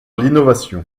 l’innovation